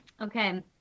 Okay